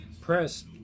press